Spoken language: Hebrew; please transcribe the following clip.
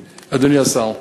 אדוני השר,